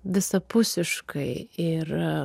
visapusiškai ir